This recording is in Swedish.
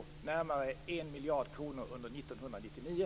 Det är närmare en miljard kronor under 1999.